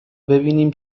ببینیم